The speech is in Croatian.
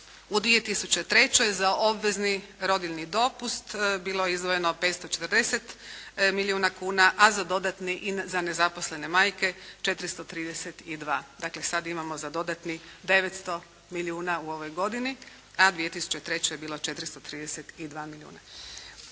U 2003. za obvezni rodiljni dopust bilo je izdvojeno 540 milijuna kuna a za dodatni i za nezaposlene majke 432. Dakle, sada imamo za dodatnih 900 milijuna u ovoj godini a 2003. je bilo 432 milijuna.